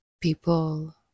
people